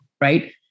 right